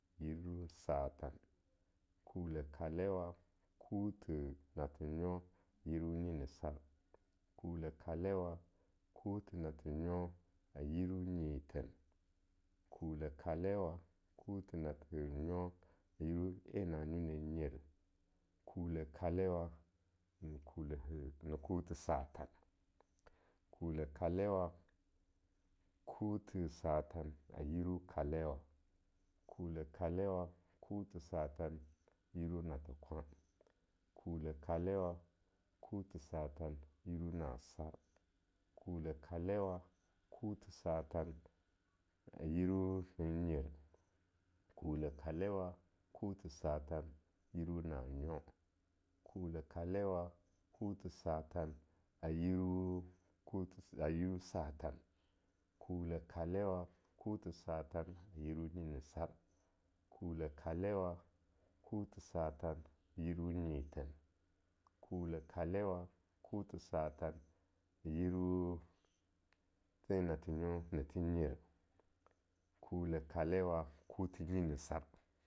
Satan, kuleh kalewa kuthi nathe nyo yiru nyini sar, kule kalewa kuth nath nyo yiru nyithen, kule kalewa kuth the nyo yiru nanyo-nanyo, kule kalewa ne kuthi satan, kule kalewa kuthi satan a yiru kalewa, kule kalewa kuthi saten yiru nathe kwan, kule kalewa kuthi satan yiru nasar, kule kalewa kuthi satan yiru nannyer, kule kalewa kuthi saten yiru nanyo, kule kalewa kuthi satan yiru satan, kule kalewa kathi satan yiru nyinisa, kule kalewa kuthi satan yiru nyithen, kule kadewa kuthi satan yiru en nathe nyo nathenyer, kule kalewa kuthi nyinisar.